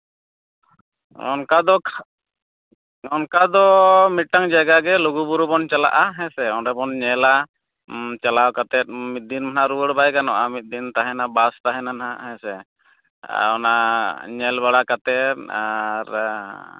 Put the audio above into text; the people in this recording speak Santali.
ᱚᱱᱠᱟ ᱫᱚ ᱚᱱᱠᱟ ᱫᱚ ᱢᱤᱫᱴᱟᱱ ᱡᱟᱭᱟᱜᱟ ᱜᱮ ᱞᱩᱜᱩᱼᱵᱩᱨᱩ ᱵᱚᱱ ᱪᱟᱞᱟᱜᱼᱟ ᱦᱮᱸ ᱥᱮ ᱚᱸᱰᱮ ᱵᱚᱱ ᱧᱮᱞᱟ ᱪᱟᱞᱟᱣ ᱠᱟᱛᱮᱫ ᱢᱤᱫ ᱫᱤᱱ ᱫᱚ ᱱᱟᱦᱟᱜ ᱨᱩᱭᱟᱹᱲ ᱵᱟᱭ ᱜᱟᱱᱚᱜᱼᱟ ᱢᱤᱫ ᱫᱤᱱ ᱛᱟᱦᱮᱱ ᱵᱟᱥ ᱛᱟᱦᱮᱱᱟ ᱱᱟᱦᱟᱜ ᱦᱮᱸ ᱥᱮ ᱟᱨ ᱚᱱᱟ ᱧᱮᱞ ᱵᱟᱲᱟ ᱠᱟᱛᱮᱫ ᱟᱨ